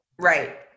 Right